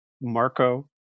Marco